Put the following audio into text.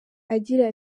agira